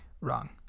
wrong